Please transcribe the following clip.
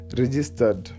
registered